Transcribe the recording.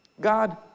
God